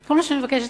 כל מה שאני מבקשת,